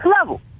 level